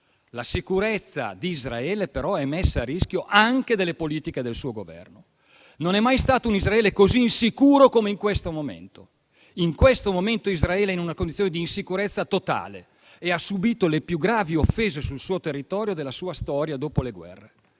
La sicurezza di Israele, però, è messa a rischio anche dalle politiche del suo Governo. Non è mai stato un Israele così insicuro come in questo momento. In questo momento Israele è in una condizione di insicurezza totale e ha subito le più gravi offese della sua storia, sul suo territorio, dopo le guerre.